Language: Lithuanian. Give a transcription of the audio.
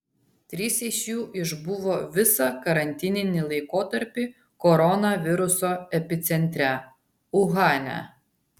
trys iš jų išbuvo visą karantininį laikotarpį koronaviruso epicentre uhane